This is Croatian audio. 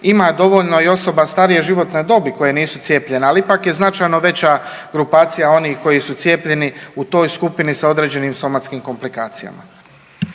Ima dovoljno i osoba starije životne dobi koje nisu cijepljene, ali ipak je značajno veća grupacija onih koji su cijepljeni u toj skupini sa određenim somatskim komplikacijama.